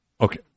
Okay